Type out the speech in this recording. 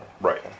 right